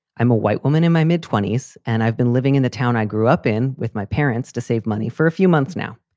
i'm a white woman in my mid twenty s and i've been living in the town i grew up in. with my parents to save money for a few months now,